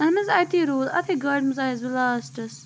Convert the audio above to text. اَہن حظ اتی روٗد اَتھی گاڑِ مَنٛز آیَس بہٕ لاسٹَس